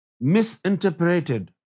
misinterpreted